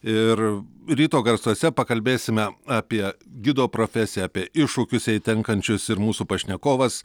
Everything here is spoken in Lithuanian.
ir ryto garsuose pakalbėsime apie gido profesiją apie iššūkius jai tenkančius ir mūsų pašnekovas